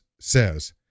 says